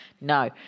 No